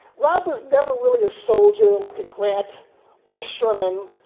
rob was never really a soldier like a grant or a sherman.